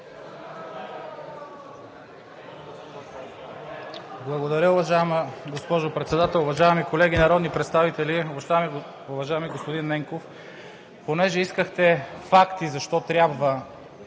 Благодаря, уважаема госпожо Председател. Уважаеми колеги народни представители! Уважаеми господин Ненков, понеже искахте факти защо трябва